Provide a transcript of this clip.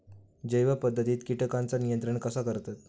जैव पध्दतीत किटकांचा नियंत्रण कसा करतत?